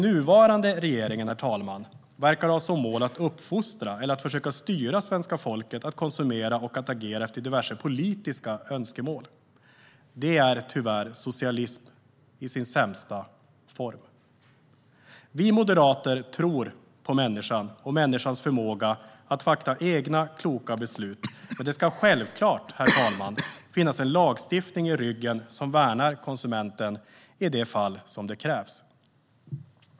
Den nuvarande regeringen verkar ha som mål att uppfostra eller försöka styra svenska folket att konsumera och agera efter diverse politiska önskemål. Det är tyvärr socialism i sin sämsta form. Vi moderater tror på människan och människans förmåga att fatta egna kloka beslut, men det ska självklart finnas en lagstiftning som värnar konsumenten i det fall det krävs.